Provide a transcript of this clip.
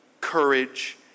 courage